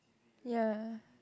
ya